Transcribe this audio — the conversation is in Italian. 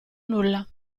nulla